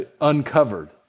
uncovered